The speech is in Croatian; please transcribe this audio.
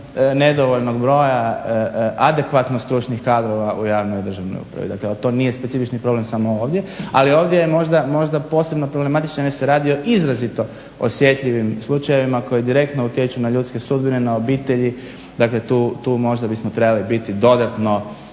nedovoljnog broja adekvatno stručnih kadrova u javnoj državnoj upravi. Ali to nije specifični problem samo ovdje, ali ovdje je možda posebno problematičan jer se radi o izrazito osjetljivim slučajevima koji direktno utječu na ljudske sudbine, na obitelji. Dakle, tu možda bismo trebali biti dodatno